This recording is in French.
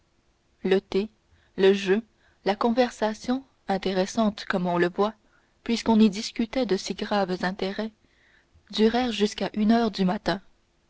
le thé le jeu la conversation intéressante comme on le voit puisqu'on y discutait de si graves intérêts durèrent jusqu'à une heure du matin